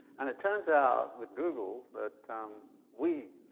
and it turns out, with google, that we,